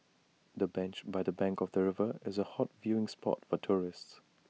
the bench by the bank of the river is A hot viewing spot for tourists